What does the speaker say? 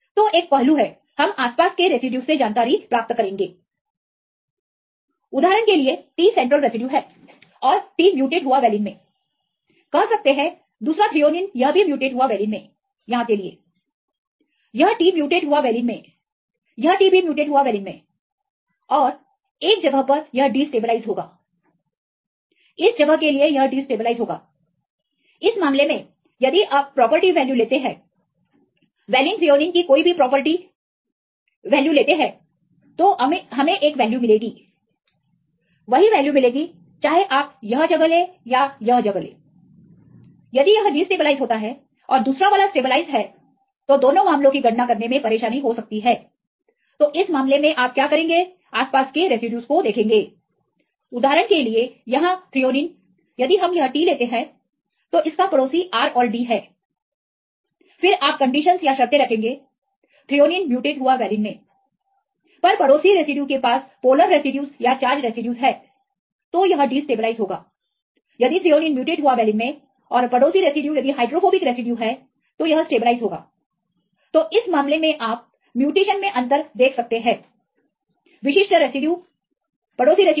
तोएक पहलू है हम आसपास के रेसिड्यूज से जानकारी प्राप्त करेंगे उदाहरण के लिए T सेंट्रल रेसिड्यू है और T म्यूटेट हुआ वैलीन में कह सकते हैं दूसरा थ्रीओनीन यह भी म्यूटेट हुआ वैलिन में यहां के लिएयह T म्यूटेट हुआ वैलीन मेंयह T भी म्यूटेट हुआ वैलीन में और एक जगह पर यह डिस्टेबलाइज होगा इस जगह के लिए यह डिस्टेबलाइज होगा इस मामले में यदिआप प्रॉपर्टी वैल्यू लेते हैं वैलिन थ्रीओनीन Valine Threonineकी कोई भी प्रॉपर्टी वैल्यू लेते हैं तो हमें एक वैल्यू मिलेगी वही वैल्यू मिलेगी चाहे आप यह जगह ले या यह जगह ले यदि यह डिस्टेबलाइज होता है और दूसरा वाला स्टेबलाइज है तो दोनों मामलों की गणना करने में परेशानी हो सकती है इस मामले में आप आसपास के रेसिड्यूज देखेंगे उदाहरण के लिए यहां थ्रीओनीन यदि हम यह T लेते हैं तो इसका पड़ोसी R औरD है फिर आप शर्ते रखेंगे थ्रीओनीन म्यूटेट हुआ वैलिन मेंपर पड़ोसी रेसिड्यू के पास पोलर रेसिड्यूज या चार्ज रेसिड्यूज है तो यह डिस्टेबलाइज होगायदिThr म्यूटेट हुआ वैलिन में और पड़ोसी रेसिड्यू यदि हाइड्रोफोबिक रेसिड्यू है तो यह स्टेबलाइज होगा तो इस मामले में आप म्यूटेशन में अंतर देख सकते हैं विशिष्ट रेसिड्यू के पड़ोसी रेसिड्यू